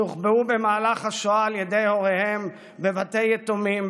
שהוחבאו במהלך השואה על ידי הוריהם בבתי יתומים,